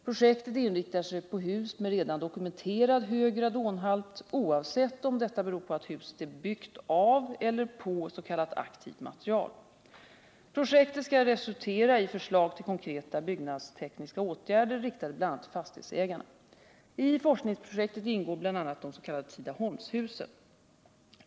Projektet inriktar sig på hus med redan dokumenterad hög radonhalt — oavsett om detta beror på att huset är byggt av eller på s.k. aktivt material. Projektet skall resultera i förslag till konkreta byggnadstekniska åtgärder, riktade bl.a. till fastighetsägarna. I forskningsprojektet ingår bl.a. de s.k. Tidaholmshusen.